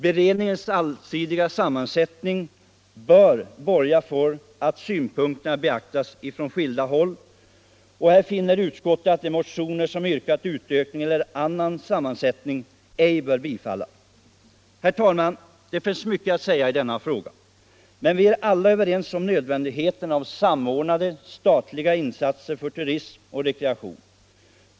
Beredningens allsidiga sammansättning bör borga för att synpunkterna beaktas från skilda håll, och här finner utskottet att de motioner som yrkat utökning eller annan sammansättning ej bör. bifallas. Herr talman! Det finns mycket att säga i denna fråga, men vi är alla överens om nödvändigheten av samordnade insatser för turism och rekreation.